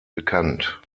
bekannt